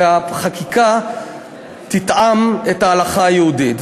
והחקיקה תתאם את ההלכה היהודית.